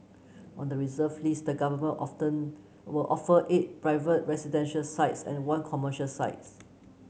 on the reserve list the government often will offer eight private residential sites and one commercial sites